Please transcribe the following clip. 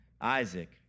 Isaac